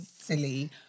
Silly